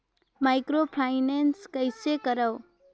Microfinance कइसे करव?